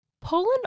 Poland